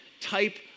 type